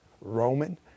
Roman